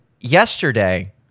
yesterday